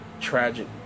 tragic